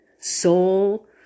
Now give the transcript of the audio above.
soul